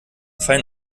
fein